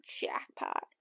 jackpot